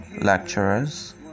lecturers